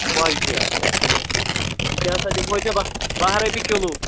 وۄزجہِ اَچھا ٹھیٖک یہِ کیٛاہ سا دِمہوے ژےٚ بہہ بہہ رۄپیہِ کِلوٗ